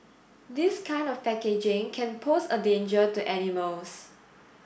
this kind of packaging can pose a danger to animals